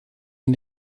man